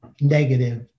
negative